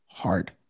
hard